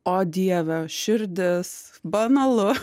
o dieve širdis banalu